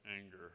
anger